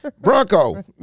Bronco